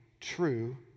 true